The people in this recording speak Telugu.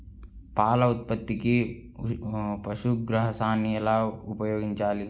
పాల ఉత్పత్తికి పశుగ్రాసాన్ని ఎలా ఉపయోగించాలి?